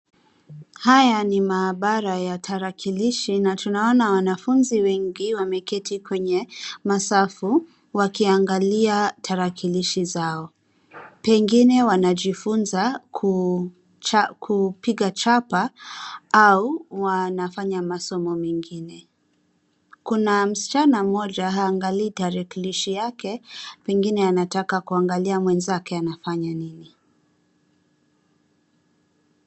Haya ni maabara ya tarakilishi na tunaona wanafunzi wengi wameketi kwenye masafu wakiangalia tarakilishi zao. Pengine wanajifunza kupiga chapa au wanafanya masomo mengine. Kuna msichana mmoja haangalii tarakilishi yake , pengine anataka kuangalia mwenzake anafanya nini.